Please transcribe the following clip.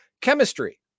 chemistry